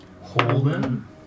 Holden